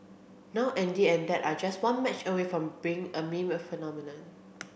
now Andy and dad are just one match away from becoming a meme phenomenon